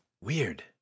Weird